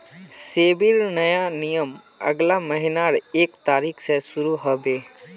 सेबीर नया नियम अगला महीनार एक तारिक स शुरू ह बे